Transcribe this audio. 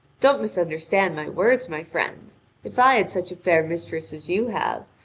don't misunderstand my words, my friend if i had such a fair mistress as you have,